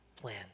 plan